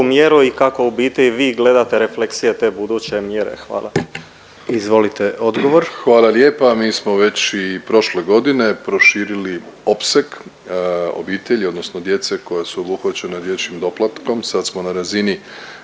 mjeru i kako u biti vi gledate refleksije te buduće mjere? Hvala. **Jandroković, Gordan (HDZ)** Izvolite odgovor. **Plenković, Andrej (HDZ)** Hvala lijepa. Mi smo već i prošle godine proširili opseg obitelji odnosno djece koja su obuhvaćena dječjim doplatkom, sad smo na razini